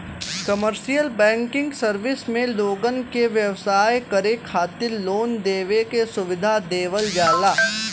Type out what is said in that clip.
commercial banking service में लोगन के व्यवसाय करे खातिर लोन देवे के सुविधा देवल जाला